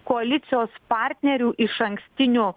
koalicijos partnerių išankstiniu